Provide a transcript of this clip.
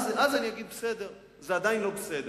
זה עדיין לא בסדר.